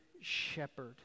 shepherd